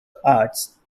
arts